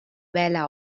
vela